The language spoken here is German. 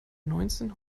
neunzehn